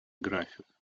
график